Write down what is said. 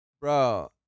Bro